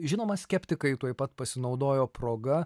žinoma skeptikai tuoj pat pasinaudojo proga